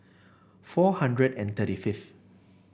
four hundred and thirty fifth